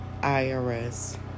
IRS